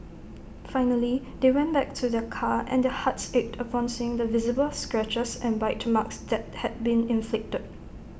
finally they went back to their car and their hearts ached upon seeing the visible scratches and bite marks that had been inflicted